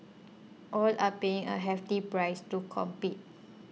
all are paying a hefty price to compete